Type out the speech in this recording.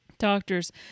Doctors